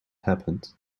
happened